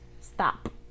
Stop